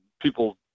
people